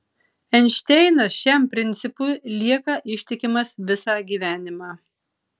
einšteinas šiam principui lieka ištikimas visą gyvenimą